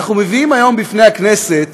אנחנו מביאים היום לפני הכנסת